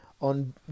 on